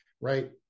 right